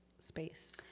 space